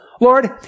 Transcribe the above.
Lord